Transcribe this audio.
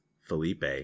Felipe